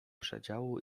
przedziału